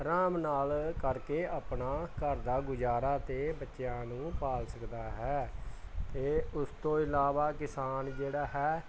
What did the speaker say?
ਆਰਾਮ ਨਾਲ ਕਰਕੇ ਆਪਣਾ ਘਰ ਦਾ ਗੁਜ਼ਾਰਾ ਅਤੇ ਬੱਚਿਆਂ ਨੂੰ ਪਾਲ ਸਕਦਾ ਹੈ ਅਤੇ ਉਸ ਤੋਂ ਇਲਾਵਾ ਕਿਸਾਨ ਜਿਹੜਾ ਹੈ